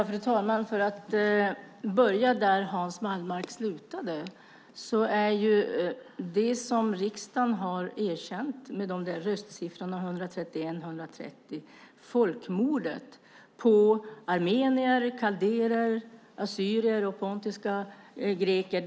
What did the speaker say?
Fru talman! Jag ska börja där Hans Wallmark slutade. Det som riksdagen har erkänt med röstsiffrorna 131 mot 130 är folkmordet på armenier, kaldéer, assyrier och pontiska greker.